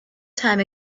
time